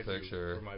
picture